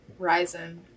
Ryzen